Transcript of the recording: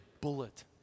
bullet